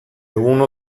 uno